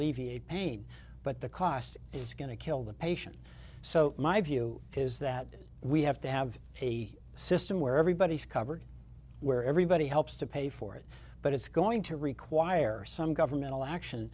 relieve pain but the cost is going to kill the patient so my view is that we have to have a system where everybody is covered where everybody helps to pay for it but it's going to require some governmental action